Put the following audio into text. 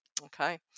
Okay